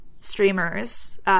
streamers